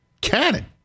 Cannon